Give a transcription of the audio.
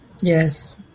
Yes